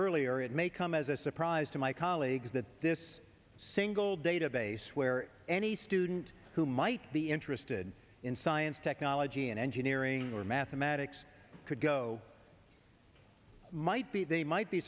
earlier it may come as a surprise to my colleagues that this single database where any student who might be interested in science technology engineering or mathematics could go might be they might be